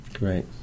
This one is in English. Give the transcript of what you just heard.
Right